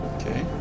Okay